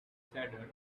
saddened